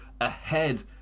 ahead